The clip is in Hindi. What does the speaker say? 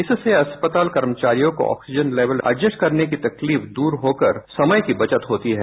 इससे अस्पताल कर्मचारियों को ऑक्सीजन लेवल अडजस्ट करने की तकलीफ दूर होकर समय की बचत होती है